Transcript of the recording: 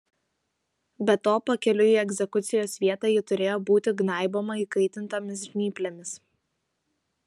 be to pakeliui į egzekucijos vietą ji turėjo būti gnaiboma įkaitintomis žnyplėmis